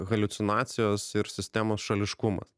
haliucinacijos ir sistemos šališkumas